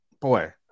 Boy